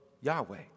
Yahweh